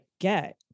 get